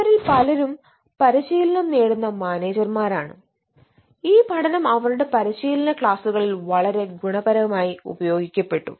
ഇവരിൽ പലരും പരിശീലിലനം നേടുന്ന മാനേജർമാരാണ് ഈ പഠനം അവരുടെ പരിശീലന ക്ളാസുകളിൽ വളരെ ഗുണപരമായി ഉപയോഗിക്കപ്പെട്ടു